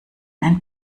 ein